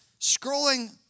scrolling